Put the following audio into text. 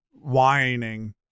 whining